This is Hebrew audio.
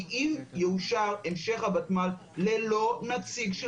כי אם יאושר המשך הוותמ"ל ללא נציג של